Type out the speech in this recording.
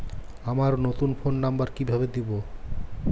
আমার নতুন phone number কিভাবে দিবো?